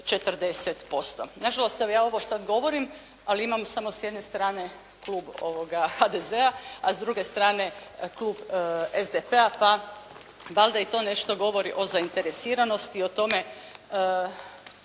40%. Nažalost, ja ovo sad govorim ali imam samo s jedne strane klub HDZ-a a s druge strane klub SDP-a pa valjda i to nešto govori o zainteresiranosti. Nadam